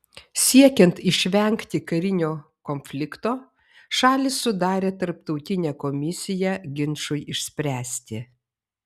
siekiant išvengti karinio konflikto šalys sudarė tarptautinę komisiją ginčui išspręsti